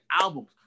albums